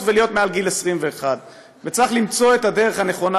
ולהיות מעל גיל 21. צריך למצוא את הדרך הנכונה,